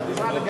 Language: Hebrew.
תוכן.